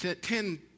Ten